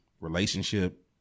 relationship